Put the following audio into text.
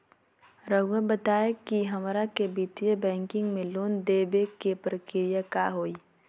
रहुआ बताएं कि हमरा के वित्तीय बैंकिंग में लोन दे बे के प्रक्रिया का होई?